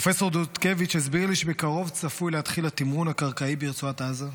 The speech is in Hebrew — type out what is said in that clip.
פרופ' דודקביץ' הסביר לי שבקרוב צפוי להתחיל התמרון הקרקעי ברצועת עזה,